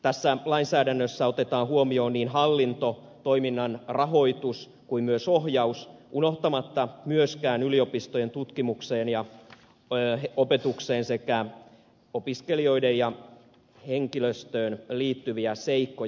tässä lainsäädännössä otetaan huomioon niin hallinto toiminnan rahoitus kuin myös ohjaus unohtamatta myöskään yliopistojen tutkimukseen ja opetukseen sekä opiskelijoihin ja henkilöstöön liittyviä seikkoja